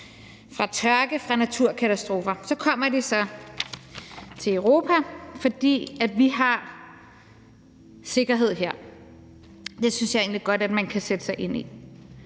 fra tørke, fra naturkatastrofer. Så kommer de så til Europa, fordi der er sikkerhed her. Det synes jeg egentlig godt man kan sætte sig ind i.